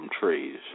trees